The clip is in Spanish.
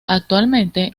actualmente